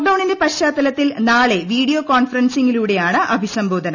ലോക്ഡൌണിന്റെ പശ്ചാത്തലത്തിൽ വീഡിയോ നാളെ കോൺഫറൻസിംഗിലൂടെയാണ് അഭിസംബോധന